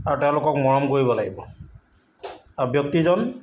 আৰু তেওঁলোকক মৰম কৰিব লাগিব আৰু ব্যক্তিজন